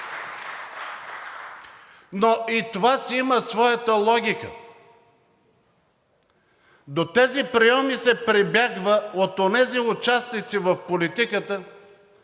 но и това си има своята логика. До тези прийоми се прибягва от онези участници в политиката,